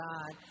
God